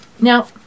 Now